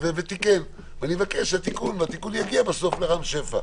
התיקון יגיע בסוף לרם שפע.